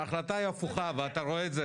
ההחלטה היא הפוכה ואתה רואה את זה